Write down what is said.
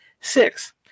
Six